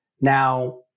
now